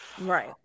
Right